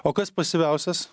o kas pasyviausias